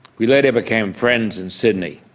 we later became friends in sydney.